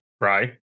Right